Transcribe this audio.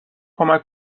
کمک